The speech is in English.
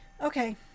okay